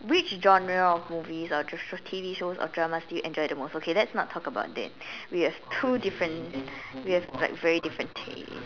which genre of movies or T_V shows or drama series you enjoy the most okay let's not talk about that we have two different we have like very different taste